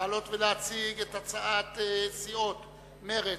לעלות ולהציג את הצעת סיעות מרצ,